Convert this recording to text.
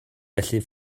felly